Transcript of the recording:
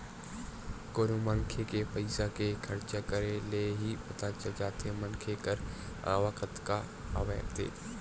कोनो मनखे के पइसा के खरचा करे ले ही पता चल जाथे मनखे कर आवक कतका हवय ते